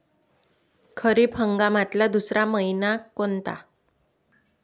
खरीप हंगामातला दुसरा मइना कोनता?